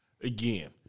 Again